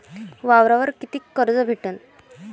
वावरावर कितीक कर्ज भेटन?